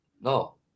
No